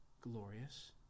glorious